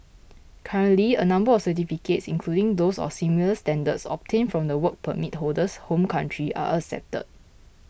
currently a number of certificates including those of similar standards obtained from the Work Permit holder's home country are accepted